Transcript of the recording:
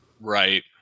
Right